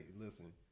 listen